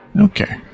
Okay